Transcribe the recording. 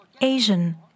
Asian